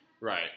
right